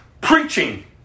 preaching